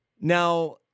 Now